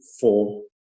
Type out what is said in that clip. four